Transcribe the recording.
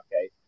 okay